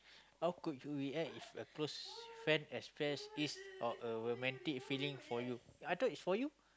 how could you react if a close friend express his or her romantic feeling for you I thought is for you